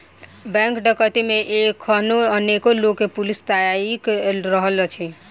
bank डकैती मे एखनो अनेको लोक के पुलिस ताइक रहल अछि